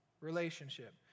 relationship